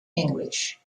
english